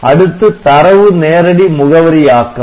அடுத்து தரவு நேரடி முகவரியாக்கம்